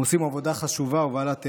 הם עושים עבודה חשובה ובעלת ערך,